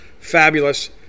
fabulous